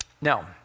now